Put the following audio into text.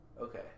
Okay